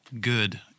good